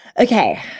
Okay